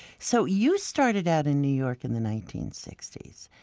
so you started out in new york in the nineteen sixty s.